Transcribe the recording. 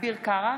אביר קארה,